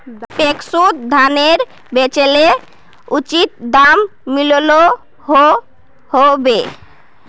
पैक्सोत धानेर बेचले उचित दाम मिलोहो होबे?